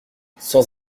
sans